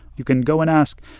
you can go and ask,